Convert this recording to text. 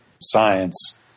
science